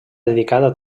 dedicada